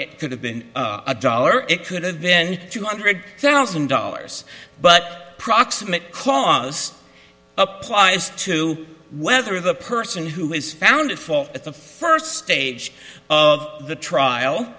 it could have been a dollar it could have been two hundred thousand dollars but proximate cause applies to whether the person who is found for at the first stage of the trial